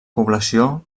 població